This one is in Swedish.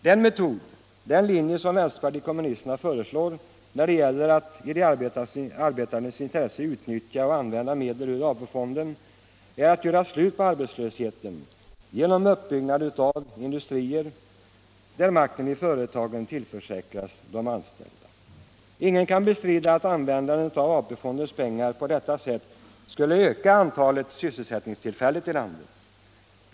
Den metod, den linje som vänsterpartiet kommunisterna föreslår när det gäller att i de arbetandes intresse utnyttja och använda medel ur AP-fonden, är att göra slut på arbetslösheten genom uppbyggnad av statliga industrier, där makten i företagen tillförsäkras de anställda. Ingen kan bestrida att användande av AP-fondens pengar på detta sätt skulle öka antalet sysselsättningstillfällen i landet.